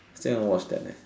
still haven't watch that eh